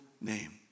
name